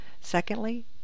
Secondly